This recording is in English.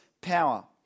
power